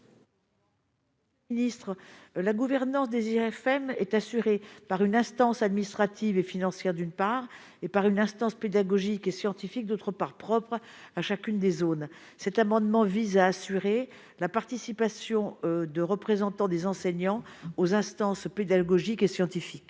la gouvernance des IUFM est assurée par une instance administrative et financière d'une part, et par une instance pédagogique et scientifique, d'autre part, propre à chacune des zones, cet amendement vise à assurer la participation de représentants des enseignants aux instances pédagogique et scientifique.